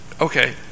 Okay